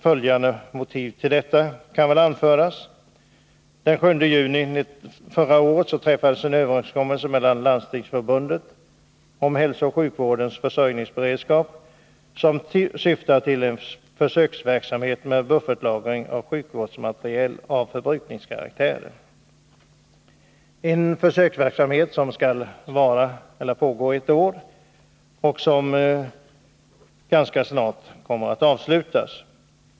Följande motiv för detta kan anföras. Den 7 juni förra året träffades en överenskommelse med Landstingsförbundet om hälsooch sjukvårdens försörjningsberedskap som syftar till en försöksverksamhet med buffertlagring av sjukvårdsmateriel av förbrukningskaraktär. Det är en försöksverksamhet som skall pågå ett år och som ganska snart kommer att avslutas.